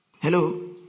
Hello